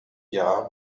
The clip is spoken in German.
jahr